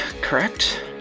correct